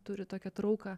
turi tokią trauką